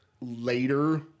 later